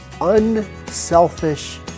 unselfish